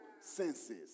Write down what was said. senses